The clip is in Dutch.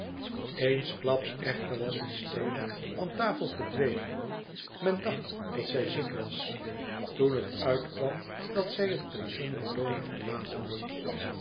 eensklaps echter was miss taylor van tafel verdwenen men dacht dat zij ziek was toen het uitkwam dat zij het pension belloni verlaten had